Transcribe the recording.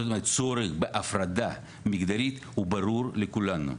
זאת אומרת הצורך בהפרדה מגדרית הוא ברור לכולנו.